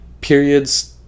periods